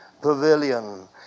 pavilion